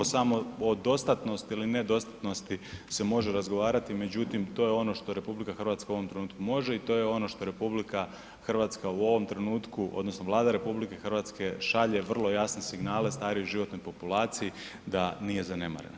O samodostatnosti ili ne dostatnosti se može razgovarati, međutim to je ono što RH u ovom trenutku može i to je ono što RH u ovom trenutku odnosno Vlada RH šalje vrlo jasne signale starijoj životnoj populaciji da nije zanemarena.